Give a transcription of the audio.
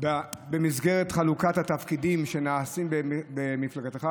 במסגרת חלוקת התפקידים שנעשית במפלגתך,